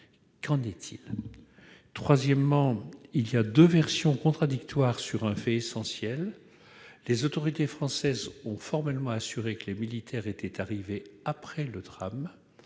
Qu'en est-il ? Troisièmement, il existe deux versions contradictoires sur un fait essentiel : les autorités françaises ont formellement assuré que les militaires étaient arrivés sur place